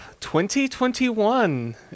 2021